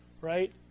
right